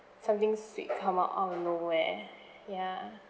something sweet come out out of nowhere ya